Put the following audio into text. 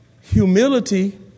humility